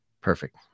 perfect